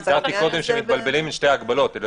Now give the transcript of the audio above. ציינתי קודם שמתבלבלים בין שתי הגבלות.